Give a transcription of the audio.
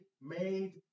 made